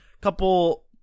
Couple